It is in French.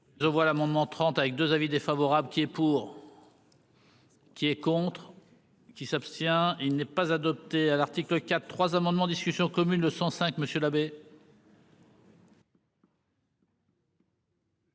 Je vois l'amendement 30 avec 2 avis défavorable qui est. Pour. Qui est contre. Qui s'abstient. Il n'est pas adopté à l'article 4 3 amendements discussion commune de 105, monsieur l'abbé.